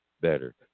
better